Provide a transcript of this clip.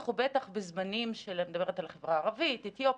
אני מדברת על החברה הערבית, האתיופית,